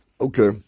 Okay